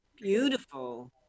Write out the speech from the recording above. Beautiful